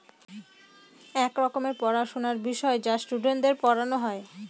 এক রকমের পড়াশোনার বিষয় যা স্টুডেন্টদের পড়ানো হয়